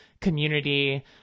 community